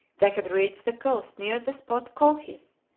they had reached the coast near the spot colchis,